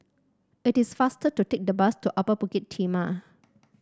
it is faster to take the bus to Upper Bukit Timah